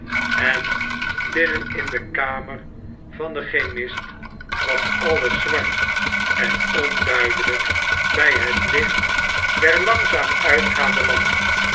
en binnen in de kamer van den chemist was alles zwart en onduidelijk bij het licht der langzaam uitgaande lamp